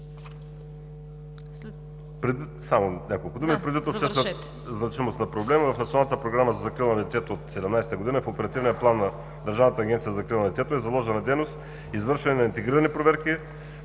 план на Държавната агенция за закрила на детето е заложена дейност – извършване на интегрирани проверки